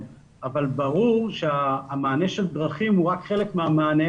אבל ברור שהמענה של דרכים הוא רק חלק מהמענה,